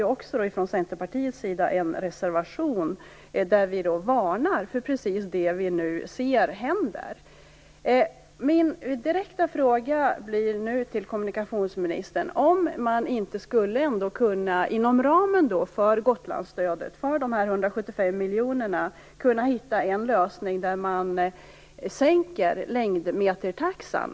Vi fogade från Centerpartiets sida en reservation till betänkandet med en varning för det som vi nu ser hända. Jag har då en direkt fråga till kommunikationsministern. Går det inte att inom ramen för Gotlandsstödet, de 175 miljoner kronorna, hitta en lösning där man sänker längdmetertaxan?